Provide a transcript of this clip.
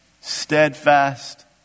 steadfast